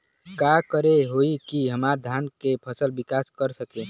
का करे होई की हमार धान के फसल विकास कर सके?